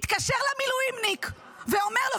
הוא מתקשר למילואימניק ואומר לו,